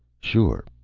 sure,